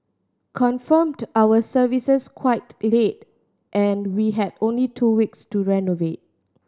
confirmed our services quite late and we had only two weeks to renovate